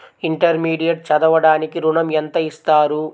Intermediate చదవడానికి ఋణం ఎంత ఇస్తారు?